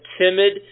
timid